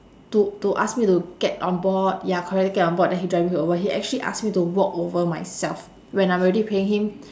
to to ask me to get on board ya correct to get on board then he drive me over he actually ask me to walk over myself when I'm already paying him